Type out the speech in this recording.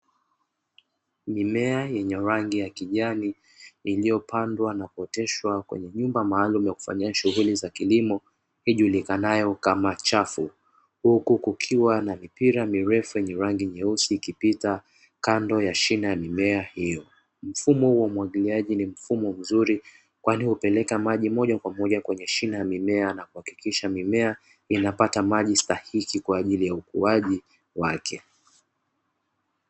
Mimea yenye rangi ya kijani, iliyopandwa kwenye na kuoteshwa kwenye nyumba maalumu ya kufanyia shughuli za kilimo ijulikanayo kama chafu, huku kukiwa na mipira mirefu yenye rangi nyeusi ikipita kando ya shina ya mimea hiyo. Mfumo huu wa umwagiliaji ni mfumo mzuri, kwani hupeleka maji moja kwa moja kwenye shina la mimea na kuhakikisha mimea inapata maji stahiki, kwa ajili ya ukuaji wake.